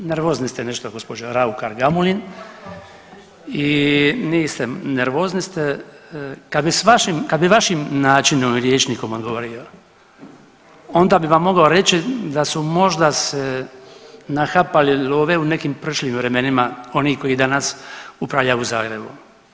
Nervozni ste nešto gospođo Raukar Gamulin i niste, nervozni ste, kad bi s vašim, kad bi vašim načinom i rječnikom odgovorio onda bi vam mogao reći da su možda se nahapali love u nekim prošlim vremenima oni koji danas upravljaju Zagrebom.